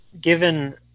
given